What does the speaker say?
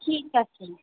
ঠিক আছে